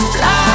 fly